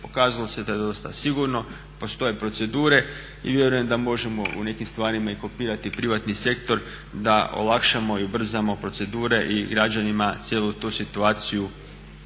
Pokazalo se da je dosta sigurno, postoje procedure i vjerujem da možemo u nekim stvarima i kopirati privatni sektor da olakšamo i ubrzamo procedure i građanima cijelu tu situaciju